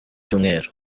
cyumweru